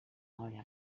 olla